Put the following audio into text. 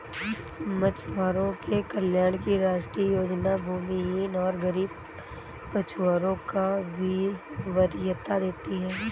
मछुआरों के कल्याण की राष्ट्रीय योजना भूमिहीन और गरीब मछुआरों को वरीयता देती है